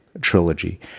trilogy